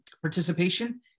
participation